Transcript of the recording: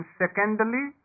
secondly